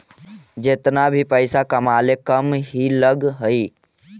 जेतना भी पइसा कमाले कम ही लग हई